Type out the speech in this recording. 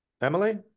Emily